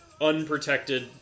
unprotected